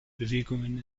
bewegungen